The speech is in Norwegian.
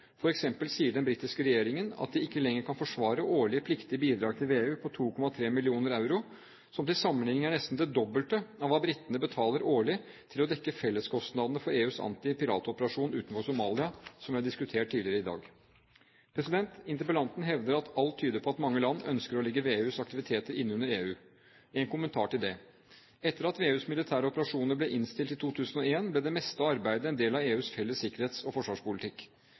sier den britiske regjeringen at den ikke lenger kan forsvare årlige pliktige bidrag til VEU på 2,3 mill. euro, som til sammenligning er nesten det dobbelte av hva britene betaler årlig for å dekke felleskostnadene for EUs antipiratoperasjon utenfor Somalia, som vi har diskutert tidligere i dag. Interpellanten hevder at alt tyder på at mange land ønsker å legge VEUs aktiviteter inn under EU. En kommentar til det: Etter at VEUs militære operasjoner ble innstilt i 2001, ble det meste av arbeidet en del av EUs felles sikkerhets- og